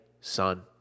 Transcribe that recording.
son